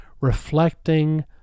reflecting